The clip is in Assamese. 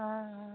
অঁ অঁ